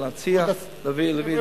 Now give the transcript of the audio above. להציע להביא את זה,